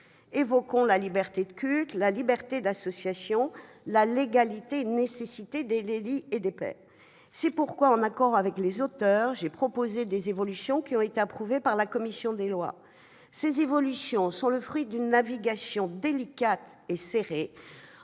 majeurs : la liberté de culte, la liberté d'association, la légalité et la nécessité des délits et des peines. C'est pourquoi, en accord avec les auteurs, j'ai proposé des évolutions, qui ont été approuvées par la commission des lois. Elles sont le fruit d'une navigation délicate et serrée